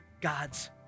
God's